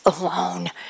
alone